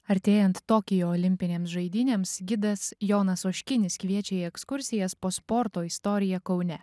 artėjant tokijo olimpinėm žaidynėms gidas jonas oškinis kviečia į ekskursijas po sporto istoriją kaune